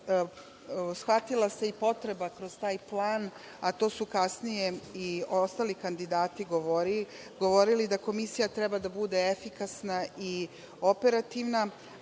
tržišta, shvatila se i potreba kroz taj plan, a to su kasnije i ostali kandidati govorili, da Komisija treba da bude efikasna i operativna,